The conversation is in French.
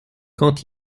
quand